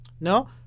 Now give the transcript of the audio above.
No